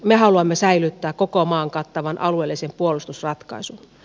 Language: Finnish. me haluamme säilyttää koko maan kattavan alueellisen puolustusratkaisun